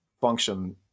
function